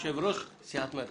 יושבת-ראש סיעת מרצ.